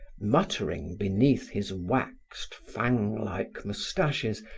muttering beneath his waxed fang-like moustaches,